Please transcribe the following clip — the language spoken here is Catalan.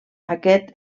aquest